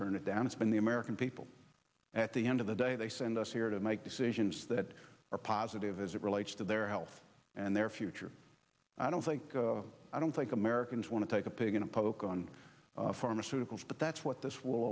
turned it down it's been the american people at the end of the day they send us here to make decisions that are positive as it relates to their health and their future i don't think i don't think americans want to take a pig in a poke on pharmaceuticals but that's what this